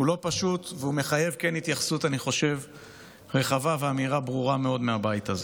הוא לא פשוט והוא מחייב התייחסות רחבה ואמירה ברורה מאוד מהבית הזה.